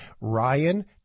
Ryan